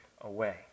away